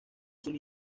azul